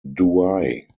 douai